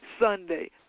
Sunday